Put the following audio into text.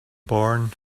born